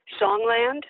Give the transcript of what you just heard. Songland